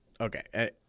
okay